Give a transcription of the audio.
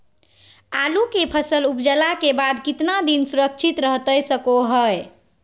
आलू के फसल उपजला के बाद कितना दिन सुरक्षित रहतई सको हय?